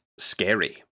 scary